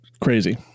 crazy